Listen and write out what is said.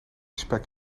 spek